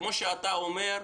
כמו שאתה אומר,